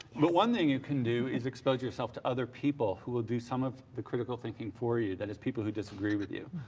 but one thing you can do is expose yourself to other people who will do some of the critical thinking for you, that is people who disagree with you.